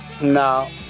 No